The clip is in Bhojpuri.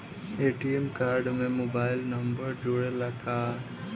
ए.टी.एम कार्ड में मोबाइल नंबर जुरेला का?